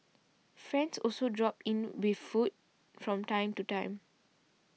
friends also drop in with food from time to time